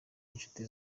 inshuti